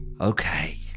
Okay